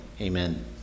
Amen